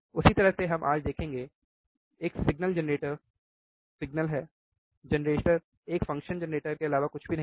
उसी तरह से हम आज देखेंगे एक सिग्नल जेनरेटर सिग्नल है जेनरेटर एक फ़ंक्शन जेनरेटर के अलावा कुछ भी नहीं है